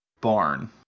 Barn